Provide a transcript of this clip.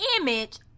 image